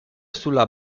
sulla